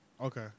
Okay